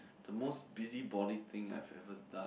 the most busybody thing I've ever done